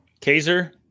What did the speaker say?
Kaiser